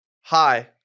hi